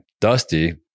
Dusty